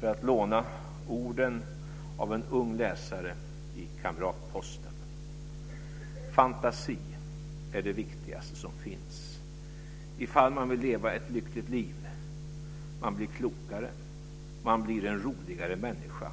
För att låna orden av en ung läsare i Kamratposten: "Fantasi är det viktigaste som finns ifall man vill leva ett lyckligt liv. Man blir klokare, man blir en roligare människa